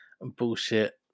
bullshit